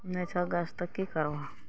नहि छऽ गैस तऽ की करबहऽ